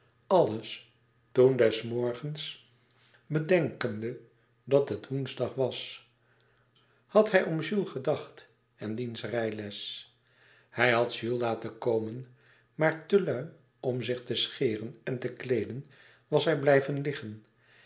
toen des morgens bedenkende dat het woensdag was had hij om jules gedacht en diens rijles hij had jules laten komen maar te lui om zich te scheeren en te kleeden was hij blijven liggen